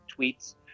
tweets